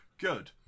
Good